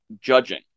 judging